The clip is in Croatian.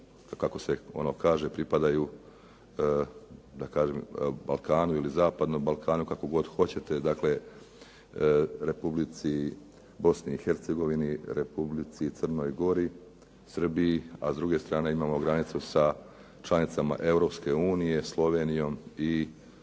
kako se ono kaže, pripadaju Balkanu ili zapadnom Balkanu, kako god hoćete, dakle Republici Bosni i Hercegovini, Republici Crnoj Gori, Srbiji, a s druge strane imamo granicu sa članicama Europske unije, Slovenijom i